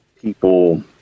people